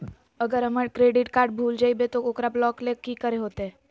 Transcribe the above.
अगर हमर credit card भूल जइबे तो ओकरा ब्लॉक लें कि करे होते?